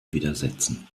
widersetzen